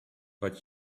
but